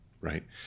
right